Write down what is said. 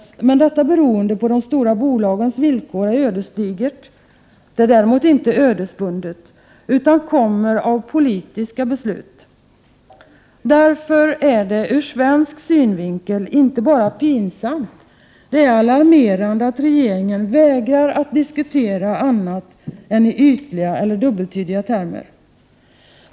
Men detta beroende på de stora bolagets villkor är ödesdigert men däremot inte ödesbundet utan kommer av politiska beslut. Därför är det ur svensk synvinkel inte bara pinsamt — det är alarmerande att regeringen vägrar att diskutera annat än i ytliga eller dubbeltydiga termer.